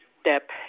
step